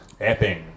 Epping